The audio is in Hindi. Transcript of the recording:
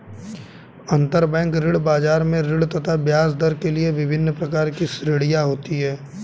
अंतरबैंक ऋण बाजार में ऋण तथा ब्याजदर के लिए विभिन्न प्रकार की श्रेणियां होती है